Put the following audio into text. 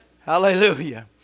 Hallelujah